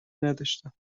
نداشتند